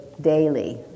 daily